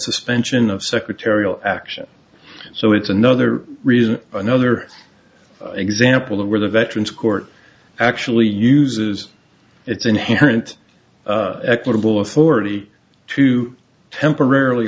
suspension of secretarial action so it's another reason another example of where the veterans court actually uses its inherent equitable authority to temporarily